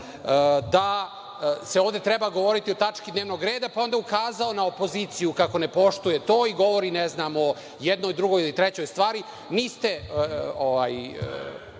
da se ovde treba govoriti o tački dnevnog reda, pa onda ukazao na opoziciju kako ne poštuje to i govori, o ne znam, jednoj, drugoj ili trećoj stvari.Međutim,